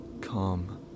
Calm